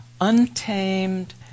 untamed